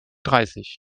dreißig